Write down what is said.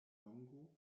longo